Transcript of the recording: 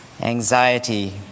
anxiety